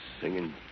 Singing